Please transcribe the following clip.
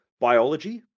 biology